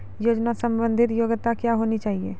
योजना संबंधित योग्यता क्या होनी चाहिए?